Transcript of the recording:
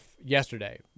yesterday